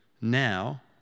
Now